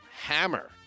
hammer